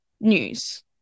news